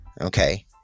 Okay